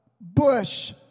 bush